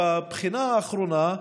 בבחינה האחרונה,